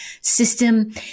system